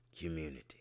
community